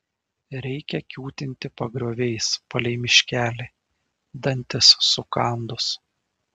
reikia kiūtinti pagrioviais palei miškelį dantis sukandus